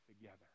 together